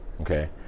okay